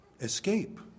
escape